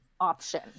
option